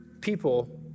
people